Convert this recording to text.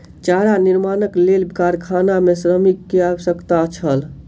चारा निर्माणक लेल कारखाना मे श्रमिक के आवश्यकता छल